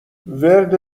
ورد